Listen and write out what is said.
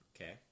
Okay